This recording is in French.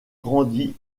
grandit